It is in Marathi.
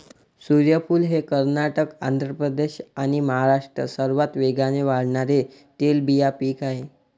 सूर्यफूल हे कर्नाटक, आंध्र प्रदेश आणि महाराष्ट्रात सर्वात वेगाने वाढणारे तेलबिया पीक आहे